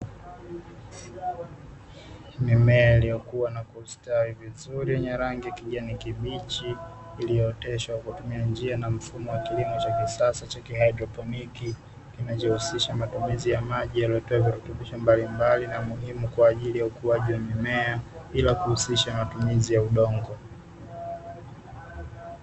Mimea iliyokua na kustawi vizuri yenye rangi ya kijani kibichi, iliyooteshwa kwa kutumia njia na mfumo wa kisasa wa kilimo cha kihaidroponi, kinachohusisha matumizi ya maji yaliyotiwa virutubisho mbalimbali na muhimu kwa ajili ya ukuaji wa mimea, bila kuhusisha matumizi ya udongo.